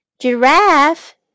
Giraffe